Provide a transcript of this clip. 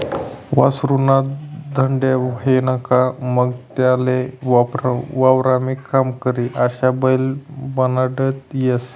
वासरु ना धांड्या व्हयना का मंग त्याले वावरमा काम करी अशा बैल बनाडता येस